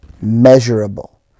measurable